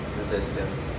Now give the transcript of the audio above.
resistance